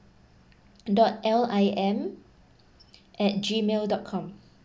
dot L I M at gmail dot com